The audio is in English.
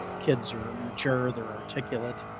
kids are mature, their articulate,